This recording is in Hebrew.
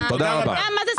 תודה רבה.